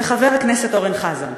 וחבר הכנסת אורן חזן.